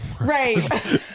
Right